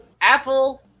apple